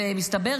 ומסתבר,